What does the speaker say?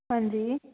ਹਾਂਜੀ